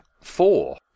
Four